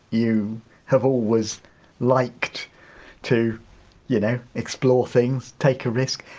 you have always liked to you know explore things, take a risk,